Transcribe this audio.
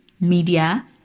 media